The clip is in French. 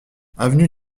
avenue